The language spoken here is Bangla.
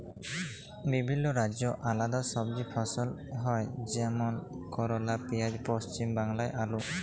বিভিল্য রাজ্যে আলেদা সবজি ফসল হ্যয় যেমল করলা, পিয়াঁজ, পশ্চিম বাংলায় আলু